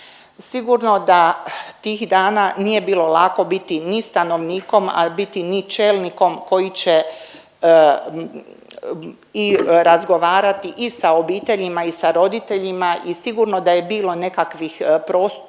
Sigurno da tih dana nije bilo lako biti ni stanovnikom, a biti ni čelnikom koji će i razgovarati i sa obiteljima i sa roditeljima i sigurno da je bilo nekakvih propusta,